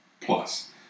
Plus